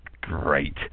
great